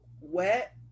wet